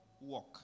work